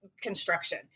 construction